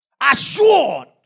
Assured